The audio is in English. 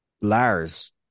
Lars